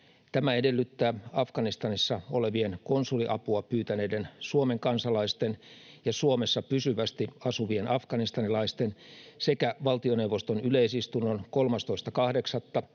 Tämä edellyttää Afganistanissa olevien konsuliapua pyytäneiden Suomen kansalaisten ja Suomessa pysyvästi asuvien afganistanilaisten sekä valtioneuvoston yleisistunnon 13.8.